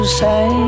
say